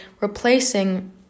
replacing